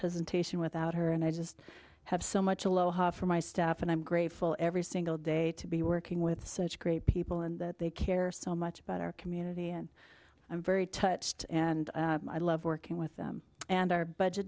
presentation without her and i just have so much aloha from my staff and i'm grateful every single day to be working with such great people and that they care so much about our community and i'm very touched and i love working with them and our budget